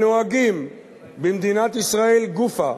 הנוהגים במדינת ישראל גופא,